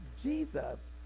Jesus